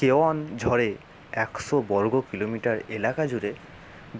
কেওনঝড়ে একশো বর্গ কিলোমিটার এলাকা জুড়ে